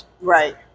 Right